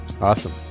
awesome